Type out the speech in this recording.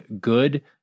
good